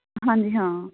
ਹਾਂਜੀ ਹਾਂ